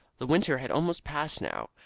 the winter had almost passed now,